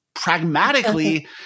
pragmatically